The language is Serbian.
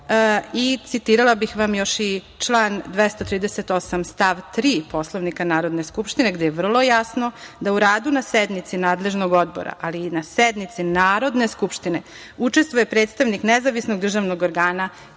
i citirala bih vam još i član 238. stav 3. Poslovnika Narodne skupštine gde je vrlo jasno da u radu na sednici nadležnost odbora, ali i na sednici Narodne skupštine učestvuje predstavnik nezavisnog državnog organa